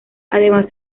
además